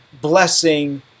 blessing